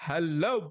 Hello